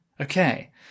Okay